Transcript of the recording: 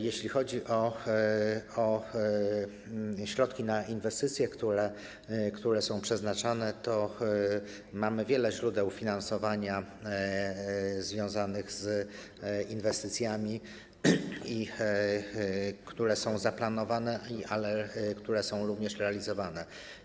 Jeśli chodzi o środki na inwestycje, które są przeznaczane, to mamy wiele źródeł finansowania związanych z inwestycjami, które są zaplanowane i które są realizowane.